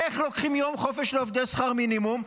איך לוקחים יום חופשה לעובדי שכר מינימום,